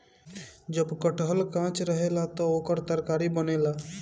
जब कटहल कांच रहेला त ओकर तरकारी बनेला